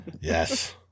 Yes